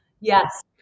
Yes